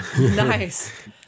nice